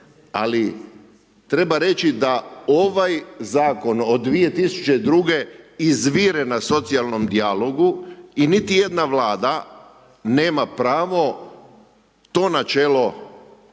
ali treba reći da ovaj zakon od 2002. izvire na socijalnom dijalogu i niti jedna vlada nema pravo to načelo